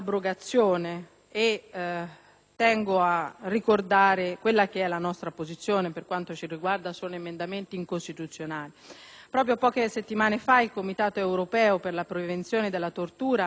Tengo a ricordare la nostra posizione: secondo noi, si tratta di emendamenti incostituzionali. Proprio poche settimane fa, il Comitato europeo per la prevenzione della tortura è venuto in visita in Italia